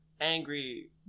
angry